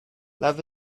love